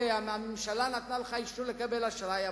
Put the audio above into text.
הממשלה נתנה לך אישור לקבל אשראי,